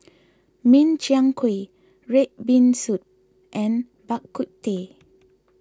Min Chiang Kueh Red Bean Soup and Bak Kut Teh